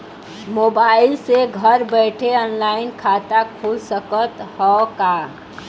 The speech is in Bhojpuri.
मोबाइल से घर बैठे ऑनलाइन खाता खुल सकत हव का?